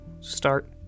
Start